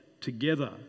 together